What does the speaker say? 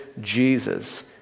jesus